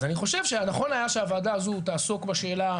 אז אני חושב, שנכון היה שהוועדה הזאת תעסוק בשאלה,